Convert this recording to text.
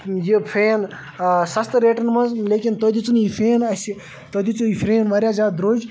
یہِ فین سَستہٕ ریٹَن منٛز لیکن تۄہِہ دِژُ نہٕ یہِ فین اَسہِ تۄہِہ دِژُ یہِ فرٛین واریاہ زیادٕ درٛوج